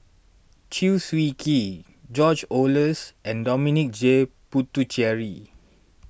Chew Swee Kee George Oehlers and Dominic J Puthucheary